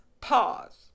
pause